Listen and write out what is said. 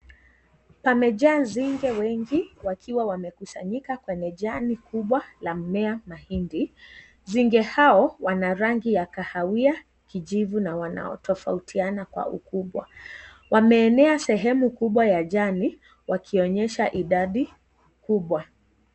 Pamejaa nzige wengi wakiwa wamekusanyika kwenye jani kubwa la mmea mahindi. Nzige hao wana rangi ya kahawia, kijivu na wanaotofautiana kwa ukubwa. Wameenea sehemu kubwa ya jani wakionyesha idadi kubwa.